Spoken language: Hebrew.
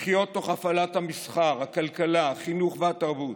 לחיות תוך הפעלת המסחר, הכלכלה, החינוך והתרבות.